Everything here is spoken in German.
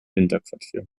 winterquartier